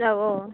औ औ